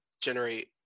generate